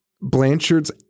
Blanchard's